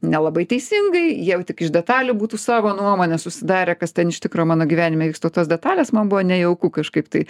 nelabai teisingai jau tik iš detalių būtų savo nuomonę susidarę kas ten iš tikro mano gyvenime vyksta tos detalės man buvo nejauku kažkaip tai